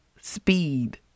speed